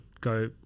go